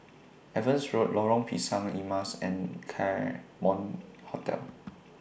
Evans Road Lorong Pisang Emas and Claremont Hotel